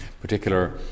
particular